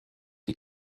die